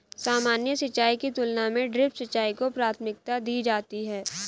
सामान्य सिंचाई की तुलना में ड्रिप सिंचाई को प्राथमिकता दी जाती है